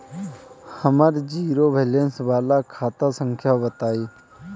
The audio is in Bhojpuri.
हमर जीरो बैलेंस वाला खाता संख्या बताई?